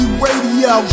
radio